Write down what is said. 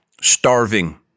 starving